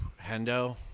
Hendo